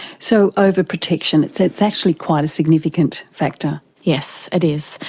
so, overprotection, it's it's actually quite a significant factor. yes, it is.